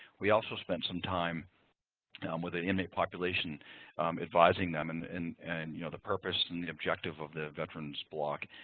we also spent some time um with the inmate population advising them and in and you know the purpose and the objective of the veterans block.